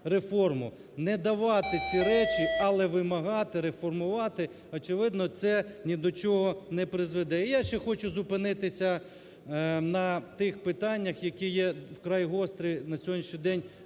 Не давати ці речі, але вимагати реформувати, очевидно, це ні до чого не призведе. І я ще хочу зупинитися на тих питаннях, які є вкрай гострі на сьогоднішній день